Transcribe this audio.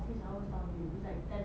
was like